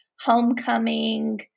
homecoming